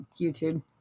youtube